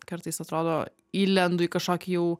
kartais atrodo įlendu į kažkokį jau